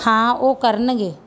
ਹਾਂ ਉਹ ਕਰਨਗੇ